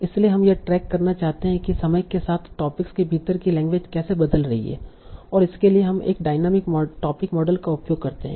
इसलिए हम यह ट्रैक करना चाहते हैं कि समय के साथ टॉपिक्स के भीतर की लैंग्वेज कैसे बदल रही है और इसके लिए हम डायनामिक टोपिक मॉडल का उपयोग करते हैं